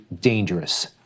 dangerous